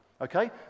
Okay